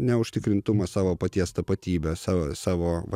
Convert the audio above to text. neužtikrintumą savo paties tapatybės savo savo vat